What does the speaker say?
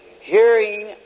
hearing